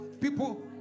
people